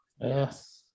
yes